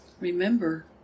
remember